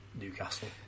newcastle